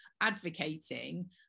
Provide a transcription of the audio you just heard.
advocating